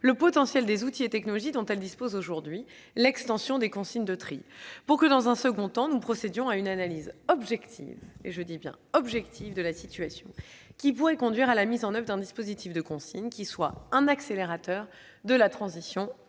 le potentiel des outils et technologies dont elles disposent aujourd'hui- l'extension des consignes de tri -, et, dans un second temps, nous procéderons à une analyse objective de la situation. Cette analyse pourrait conduire à la mise en oeuvre d'un dispositif de consigne qui soit un accélérateur de la transition